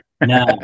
No